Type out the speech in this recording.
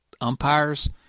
umpires